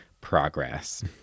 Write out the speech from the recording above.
progress